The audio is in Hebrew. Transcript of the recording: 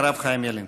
אחריו, חיים ילין.